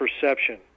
perception